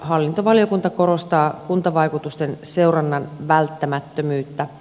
hallintovaliokunta korostaa kuntavaikutusten seurannan välttämättömyyttä